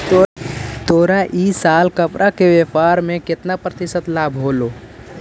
तोरा इ साल कपड़ा के व्यापार में केतना प्रतिशत लाभ होलो?